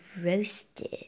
roasted